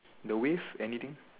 the width anything